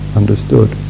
understood